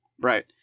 Right